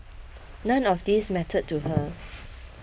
none of these mattered to her